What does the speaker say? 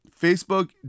Facebook